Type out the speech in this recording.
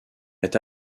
est